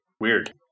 Weird